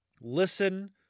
listen